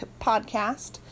podcast